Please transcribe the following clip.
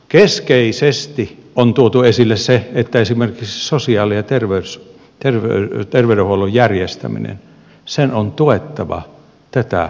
keskeisesti on tuotu esille se että esimerkiksi sosiaali ja terveydenhuollon järjestämisen on tuettava tätä kuntarakennetta